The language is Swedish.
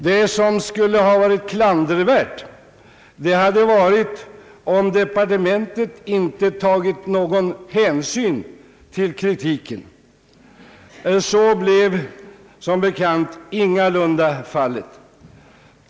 Det som skulle ha varit klandervärt hade varit om departementet inte tagit någon hänsyn till kritiken. Så blev som bekant ingalunda fallet.